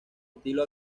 estilo